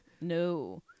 No